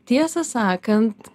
tiesą sakant